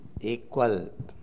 equal